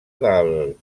del